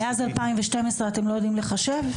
מאז 2012 אתם לא יודעים לחשב?